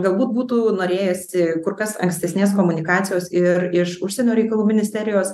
galbūt būtų norėjęsi kur kas ankstesnės komunikacijos ir iš užsienio reikalų ministerijos